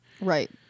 Right